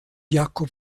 jakob